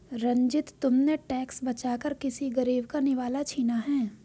रंजित, तुमने टैक्स बचाकर किसी गरीब का निवाला छीना है